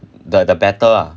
but the better ah